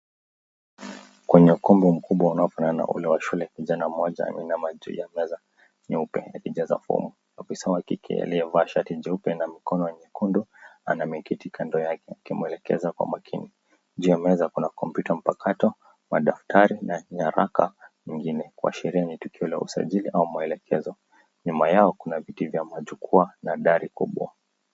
Kwenye kombe mkubwa unaofanana ule wa shule kijana mmoja amina juu ya meza nyeupe akijaza fomu. Akisoma kiki aliyevaa shati nyeupe na mkono mwekundu anamikiti kando yake akimwelekeza kwa makini. Juu ya meza kuna kompyuta mpakato, madaftari na nyaraka nyingine kwa shilingi tukio la usajili au maelekezo. Nyuma yao kuna viti vya majukua na dari kubwa.